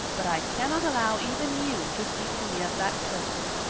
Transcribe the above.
but i cannot allow even you to speak to me of that person.